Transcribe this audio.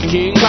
King